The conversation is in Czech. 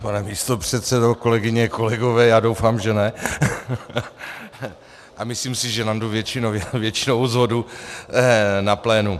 Pane místopředsedo, kolegyně, kolegové, já doufám, že ne , a myslím si, že najdu většinovou shodu na plénu.